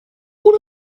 ohne